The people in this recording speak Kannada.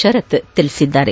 ಶರತ್ ತಿಳಿಸಿದ್ದಾರೆ